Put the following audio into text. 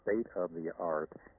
state-of-the-art